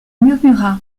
murmura